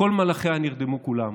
ומלחיה נרדמו כולם".